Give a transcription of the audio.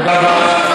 תודה רבה.